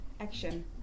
action